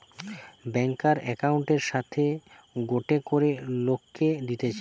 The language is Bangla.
ব্যাংকার একউন্টের সাথে গটে করে লোককে দিতেছে